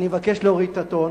אני מבקש להוריד את הטון,